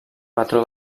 patró